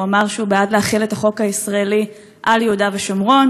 הוא אמר שהוא בעד להחיל את החוק הישראלי על יהודה ושומרון,